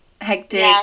hectic